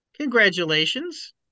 Congratulations